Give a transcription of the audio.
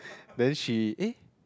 then she eh